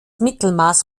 mittelmaß